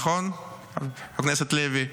נכון, חבר הכנסת לוי?